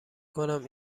کنم